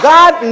God